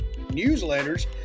newsletters